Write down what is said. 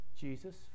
Jesus